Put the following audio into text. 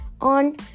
on